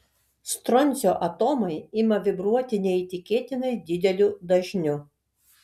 stroncio atomai ima vibruoti neįtikėtinai dideliu dažniu